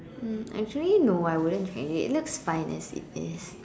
um actually no I wouldn't change it it looks fine as it is